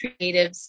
creatives